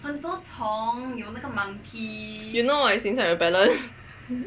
you know what is insect repellent